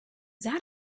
that